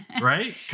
right